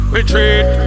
Retreat